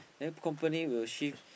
then company will shift